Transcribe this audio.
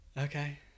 okay